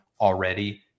already